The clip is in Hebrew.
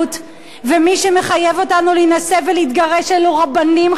ומי שמחייב אותנו להינשא או להתגרש אלה רבנים חשוכים